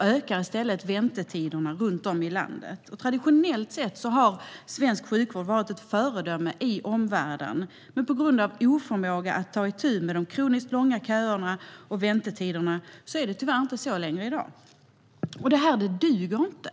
ökar i stället väntetiderna runt om i landet, som vi har hört här i dag. Traditionellt sett har svensk sjukvård varit ett föredöme för omvärlden, men på grund av oförmåga att ta itu med de kroniskt långa köerna och väntetiderna är det tyvärr inte längre så i dag. Det här duger inte.